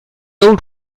old